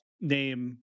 name